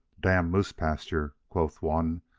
damned moose-pasture, quoth one,